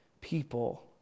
people